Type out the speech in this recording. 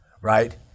right